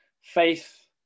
faith